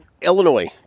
Illinois